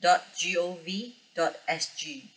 dot G_O_V dot S_G